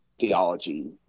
theology